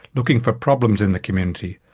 looking for problems in the community,